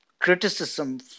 criticism